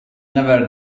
never